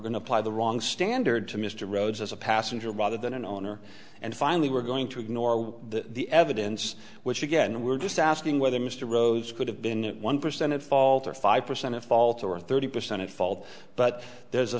going to apply the wrong standard to mr rhodes as a passenger rather than an owner and finally we're going to ignore the the evidence which again we're just asking whether mr rose could have been one percent at fault or five percent of fault or thirty percent at fault but there's a